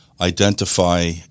identify